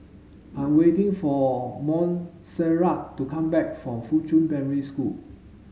I'm waiting for Montserrat to come back from Fuchun Primary School